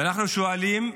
ואנחנו שואלים: